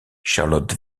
charlotte